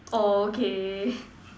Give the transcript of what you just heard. okay